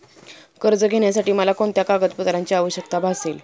कर्ज घेण्यासाठी मला कोणत्या कागदपत्रांची आवश्यकता भासेल?